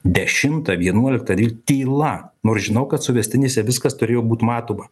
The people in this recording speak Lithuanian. dešimtą vienuoliktą ryt tyla nors žinau kad suvestinėse viskas turėjo būt matoma